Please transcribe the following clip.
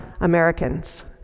Americans